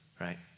right